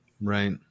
Right